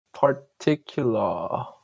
particular